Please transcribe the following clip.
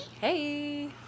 Hey